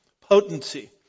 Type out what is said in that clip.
potency